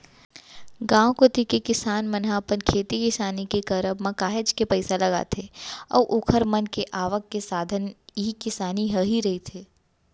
गांव कोती के किसान मन ह अपन खेती किसानी के करब म काहेच के पइसा लगाथे अऊ ओखर मन के आवक के साधन इही किसानी ह ही रहिथे